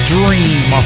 Dream